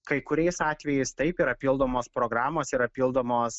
kai kuriais atvejais taip yra pildomos programos ir papildomos